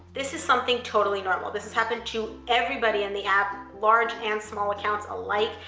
this is something totally normal. this has happened to everybody in the app, large and small accounts alike,